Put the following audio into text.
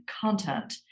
content